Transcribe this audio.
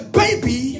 baby